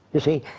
you see.